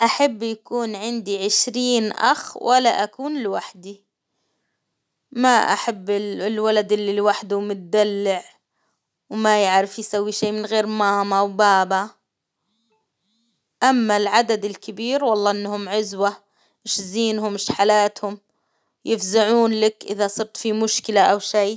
أحب يكون عندي عشرين أخ ولا أكون لوحدي، ما أحب الولد اللي لوحده ومتدلع، وما يعرف يسوي شيء من غير ماما وبابا، أما العدد الكبير والله إنهم عزوة، إيش زينهم إش حلاتهم، يفزعون لك إذا صرت في مشكلة أو شيء.